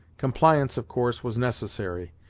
compliance, of course, was necessary,